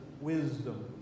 wisdom